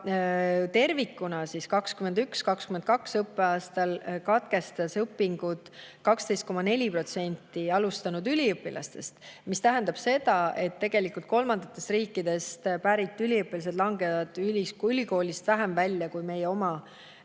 tervikuna 2021/2022. õppeaastal katkestas õpingud 12,4% alustanud üliõpilastest, mis tähendab seda, et tegelikult kolmandatest riikidest pärit üliõpilased langevad ülikoolist vähem välja kui meie oma